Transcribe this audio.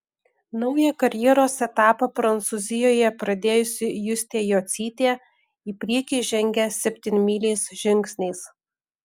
naują karjeros etapą prancūzijoje pradėjusi justė jocytė į priekį žengia septynmyliais žingsniais